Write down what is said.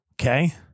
Okay